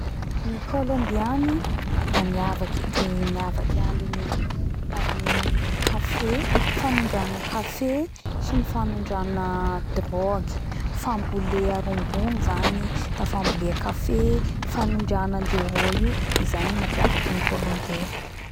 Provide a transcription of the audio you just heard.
Ny Colombiany da miavaky amy dia miavaky amy Cafe fagnondrana cafe sy ny fanondragna drogy fambolea rongony zany da fambolea cafe fagnondrana andreo roa io way mapiavaky any Colombia.